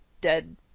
dead